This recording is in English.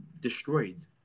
destroyed